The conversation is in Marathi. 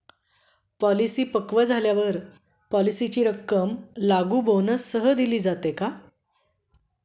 पॉलिसी पक्व झाल्यावर पॉलिसीची रक्कम लागू बोनससह दिली जाते का?